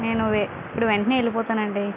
నేను వె ఇప్పుడు వెంటనే వెళ్ళిపోతాను అండి